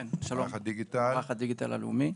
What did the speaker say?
מערך הדיגיטל הלאומי,